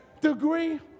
degree